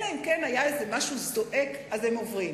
אלא אם כן יהיה איזה משהו זועק, אז הם עוברים.